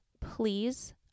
please